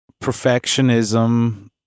perfectionism